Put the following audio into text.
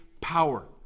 power